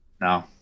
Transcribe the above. No